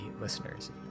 listeners